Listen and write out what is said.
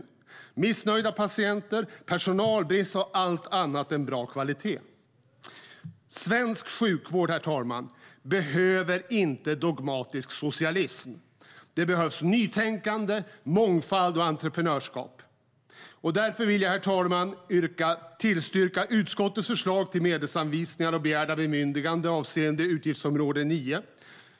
Då var det missnöjda patienter, personalbrist och allt annat än bra kvalitet. Därför vill jag, herr talman, tillstyrka utskottets förslag till medelsanvisningar och begärda bemyndiganden avseende utgiftsområde 9.